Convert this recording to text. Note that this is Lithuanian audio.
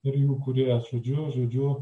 ir jų kūrėjas žodžiu žodžiu